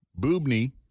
boobney